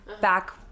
back